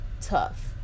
tough